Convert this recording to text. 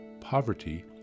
poverty